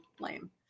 lame